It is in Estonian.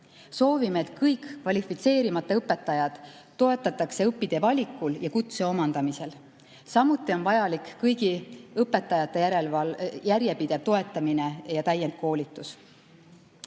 Soovime, et kõiki kvalifitseerimata õpetajaid toetatakse õpitee valikul ja kutse omandamisel. Samuti on vajalik kõigi õpetajate järjepidev toetamine ja täienduskoolitus.